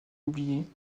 oublier